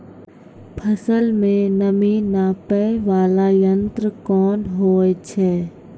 फसल के नमी नापैय वाला यंत्र कोन होय छै